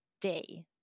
day